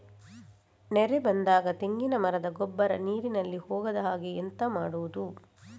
ನೆರೆ ಬಂದಾಗ ತೆಂಗಿನ ಮರದ ಗೊಬ್ಬರ ನೀರಿನಲ್ಲಿ ಹೋಗದ ಹಾಗೆ ಎಂತ ಮಾಡೋದು?